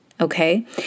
okay